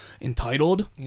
entitled